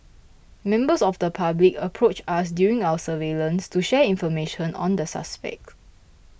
members of the public approached us during our surveillance to share information on the suspect